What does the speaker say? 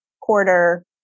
quarter